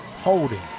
Holding